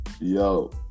Yo